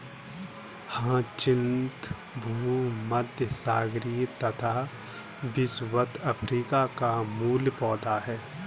hyacinth भूमध्यसागरीय तथा विषुवत अफ्रीका का मूल पौधा है